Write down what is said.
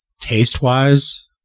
taste-wise